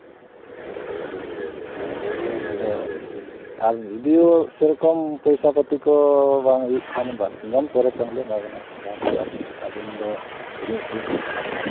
ᱦᱮᱸ ᱛᱚ ᱚᱱᱟ ᱫᱚ ᱟᱨ ᱡᱩᱫᱤᱭᱳ ᱥᱮᱨᱚᱠᱚᱢ ᱯᱚᱭᱥᱟ ᱯᱟᱹᱛᱤ ᱠᱚ ᱵᱟᱝ ᱦᱩᱭᱩᱜ ᱠᱷᱟᱱ ᱵᱟᱨ ᱥᱤᱧ ᱜᱟᱱ ᱯᱚᱨᱮ ᱛᱮᱦᱚᱸᱞᱮ ᱮᱢᱟ ᱵᱮᱱᱟ ᱡᱮᱦᱮᱛᱩ ᱟᱵᱮᱱ ᱫᱚ ᱩᱨᱩᱢᱼᱩᱯᱨᱩᱢ ᱦᱚᱲ ᱠᱟᱱᱟ ᱵᱮᱱ